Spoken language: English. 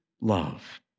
love